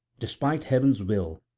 despite heaven's will,